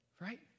Right